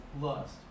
lust